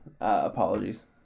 apologies